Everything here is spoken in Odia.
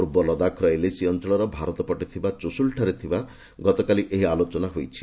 ପୂର୍ବ ଲଦାଖର ଏଲଏସି ଅଞ୍ଚଳର ଭାରତ ପଟେ ଥିବା ଚୁସ୍କୁଲ୍ଠାରେ ଥିବା ଗତକାଲି ଏହି ଆଲୋଚନା ହୋଇଛି